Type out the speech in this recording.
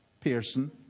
Pearson